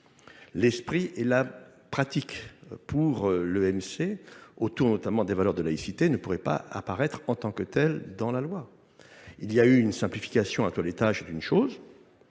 l'esprit et la pratique pour l'EMC, autour notamment des valeurs de laïcité, ne pourraient pas apparaître en tant que tel dans la loi. Il y a eu une simplification à tous les tâches d'une chose,